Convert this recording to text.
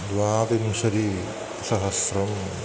द्वाविंशतिसहस्रम्